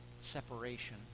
separation